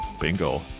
Bingo